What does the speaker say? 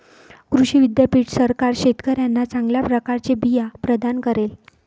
कृषी विद्यापीठ सरकार शेतकऱ्यांना चांगल्या प्रकारचे बिया प्रदान करेल